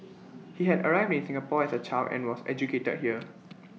he had arrived in Singapore as A child and was educated here